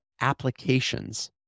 applications